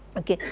ok,